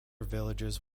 villages